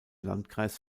landkreis